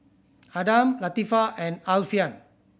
Adam Latifa and Alfian